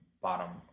bottom